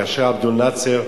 כאשר עבד אל-נאצר,